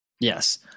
Yes